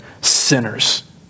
sinners